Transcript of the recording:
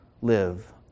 live